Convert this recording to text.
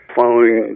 following